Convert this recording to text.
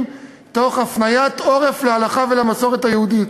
תוך הפניית עורף להלכה ולמסורת היהודית.